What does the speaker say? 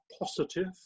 positive